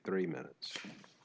three minutes